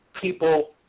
people